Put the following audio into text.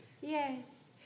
Yes